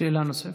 שאלה נוספת.